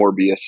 Morbius